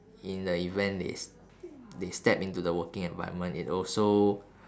in the event they s~ they step into the working environment it also